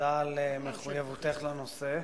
ותודה על מחויבותך לנושא.